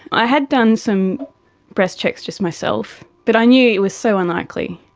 i had done some breast checks just myself, but i knew it was so unlikely,